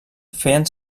feien